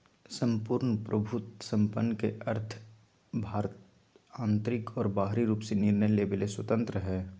सम्पूर्ण प्रभुत्वसम्पन् के अर्थ भारत आन्तरिक और बाहरी रूप से निर्णय लेवे ले स्वतन्त्रत हइ